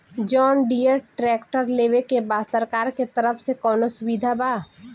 John Deere tractor लेवे के बा सरकार के तरफ से कौनो सुविधा बा?